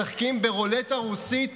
אז אנחנו משחקים ברולטה רוסית